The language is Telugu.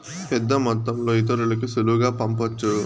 పెద్దమొత్తంలో ఇతరులకి సులువుగా పంపొచ్చు